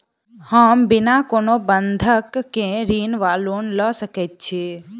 हम बिना कोनो बंधक केँ ऋण वा लोन लऽ सकै छी?